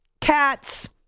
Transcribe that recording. cats